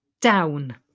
down